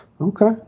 Okay